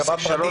בסעיף 3,